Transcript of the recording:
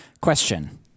Question